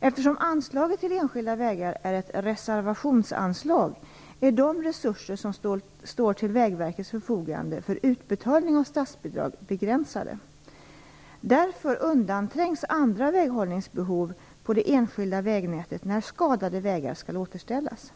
Eftersom anslaget till enskilda vägar är ett reservationsanslag, är de resurser som står till Vägverkets förfogande för utbetalning av statsbidrag begränsade. Därför undanträngs andra väghållningsbehov på det enskilda vägnätet när skadade vägar skall återställas.